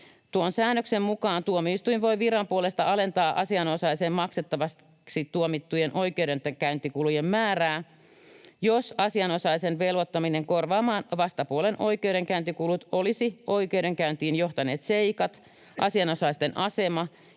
Tuon säännöksen mukaan tuomioistuin voi viran puolesta alentaa asianosaisen maksettavaksi tuomittujen oikeudenkäyntikulujen määrää, jos asianosaisen velvoittaminen korvaamaan vastapuolen oikeudenkäyntikulut olisi oikeudenkäyntiin johtaneet seikat, asianosaisten asema